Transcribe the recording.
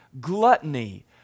gluttony